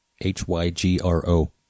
H-Y-G-R-O